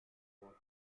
water